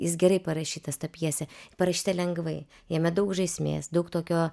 jis gerai parašytas ta pjesė parašyta lengvai jame daug žaismės daug tokio